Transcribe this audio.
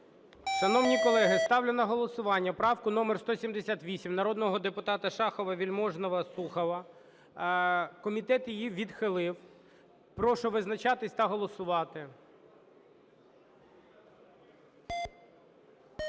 Шановні колеги, ставлю на голосування правку номер 178 народного депутата Шахова, Вельможного, Сухова. Комітет її відхилив. Прошу визначатись та голосувати.